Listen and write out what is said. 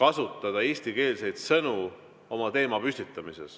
kasutada eestikeelseid sõnu oma teema püstitamises.